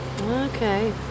Okay